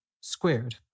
squared